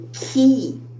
key